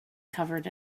covered